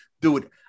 Dude